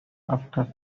after